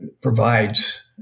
provides